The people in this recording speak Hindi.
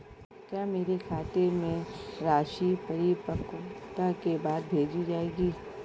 क्या मेरे खाते में राशि परिपक्वता के बाद भेजी जाएगी?